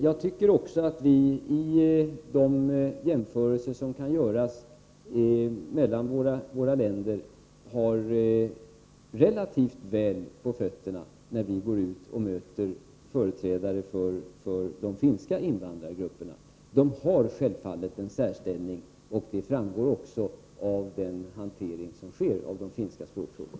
Jag tycker också att vi, vid de jämförelser som kan göras mellan våra länder, har relativt bra på fötterna när vi går ut och möter företrädare för de finska invandrargrupperna. De har självfallet en särställning. Det framgår också av den hantering som sker av den finska språkfrågan.